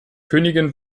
königin